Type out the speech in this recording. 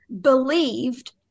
believed